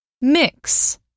Mix